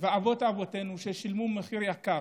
ואבות-אבותינו שילמו מחיר יקר.